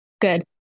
Good